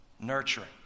nurturing